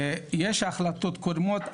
יש החלטות קודמות,